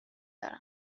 دارم